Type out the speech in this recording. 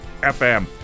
FM